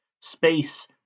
Space